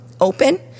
open